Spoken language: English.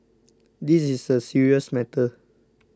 this is a serious matter